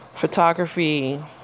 photography